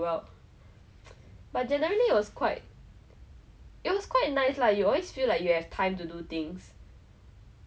so do you you land at two P_M then I the whole time I remember thinking !wow! I board the plane when I am going to sleep